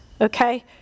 Okay